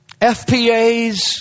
FPAs